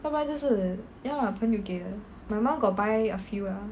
要不然就是 ya lah 朋友给的 my mum got buy a few lah